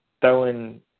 throwing